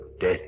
death